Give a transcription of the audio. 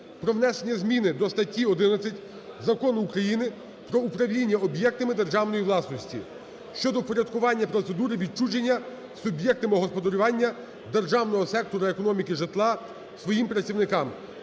про внесення зміни до статті 11 Закону України "Про управління об'єктами державної власності" щодо впорядкування процедури відчуження суб'єктами господарювання державного сектору економіки житла своїм працівникам.